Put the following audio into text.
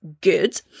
good